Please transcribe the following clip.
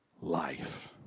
life